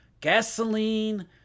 Gasoline